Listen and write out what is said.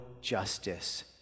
justice